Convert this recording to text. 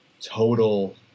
total